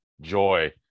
joy